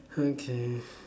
okay